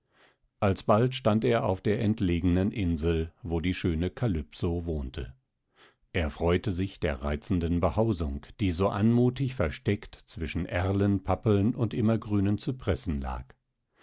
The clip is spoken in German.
alsbald stand er auf der entlegenen insel wo die schöne kalypso wohnte er freute sich der reizenden behausung die so anmutig versteckt zwischen erlen pappeln und immergrünen cypressen lag